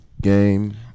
game